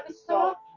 stop